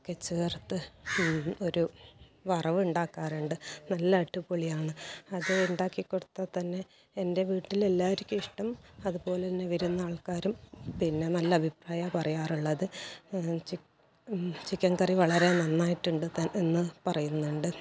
ഒക്കെ ചേർത്ത് ഒരു വറവ് ഉണ്ടാക്കാറുണ്ട് നല്ല അടിപൊളിയാണ് അത് ഉണ്ടാക്കി കൊടുത്താൽ തന്നെ എൻ്റെ വീട്ടിലെല്ലാരിക്കും ഇഷ്ടം അത്പോലെന്നെ വരുന്നാൾക്കാരും പിന്നെ നല്ല അഭിപ്രായമാണ് പറയാറുള്ളത് ഈ ചിക്കൻ കറി വളരെ നന്നായിട്ടുണ്ടെന്ന് പറയുന്നുണ്ട്